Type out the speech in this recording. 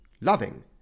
loving